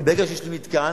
כי ברגע שיש לי מתקן,